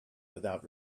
without